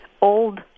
Old